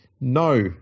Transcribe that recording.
No